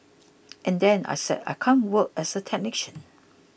and then I said I can't work as a technician